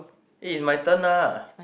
eh it's my turn ah